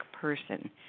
person